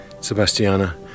Sebastiana